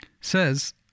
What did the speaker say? says